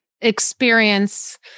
experience